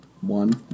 one